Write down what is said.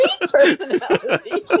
personality